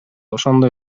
ошондо